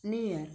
New York